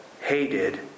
hated